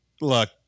Look